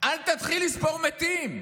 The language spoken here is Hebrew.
אל תתחיל לספור מתים.